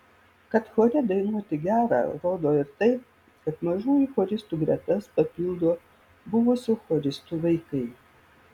kad chore dainuoti gera rodo ir tai kad mažųjų choristų gretas papildo buvusių choristų vaikai